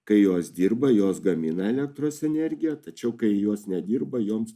kai jos dirba jos gamina elektros energiją tačiau kai jos nedirba joms